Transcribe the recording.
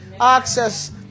access